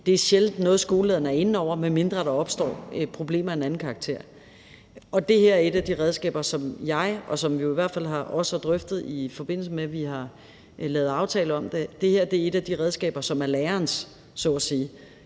Det er sjældent noget, skolelederen er inde over, medmindre der opstår problemer af en anden karakter. Og det her er et af de redskaber – og det har vi i hvert fald også drøftet, i forbindelse med at vi har lavet aftaler om det – som er lærerens så at sige,